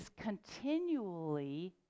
continually